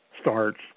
starts